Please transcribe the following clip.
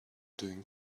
doing